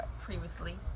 previously